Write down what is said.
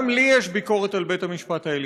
גם לי יש ביקורת על בית-המשפט העליון.